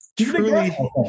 truly